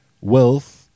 wealth